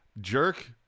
Jerk